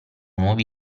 nuovi